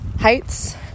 heights